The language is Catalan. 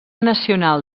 nacional